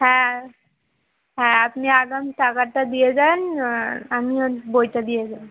হ্যাঁ হ্যাঁ আপনি আগাম টাকাটা দিয়ে যান আমি আজ বইটা দিয়ে দেবো